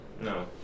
No